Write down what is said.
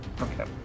Okay